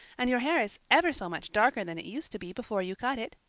and your hair is ever so much darker than it used to be before you cut it.